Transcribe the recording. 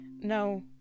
No